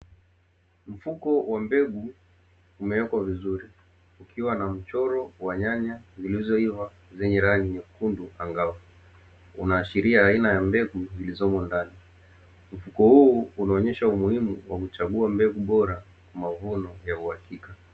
Mfuko wa mbegu umewekwa vizuri ukiwa na mchoro wa nyanya zilizoiva zenye rangi nyekundu angavu, unaashiria aina mbegu zilizomo ndani mfuko huu unaonyesha umuhimu wa kuchagua mbegu bora ya mavuno ya uhakika.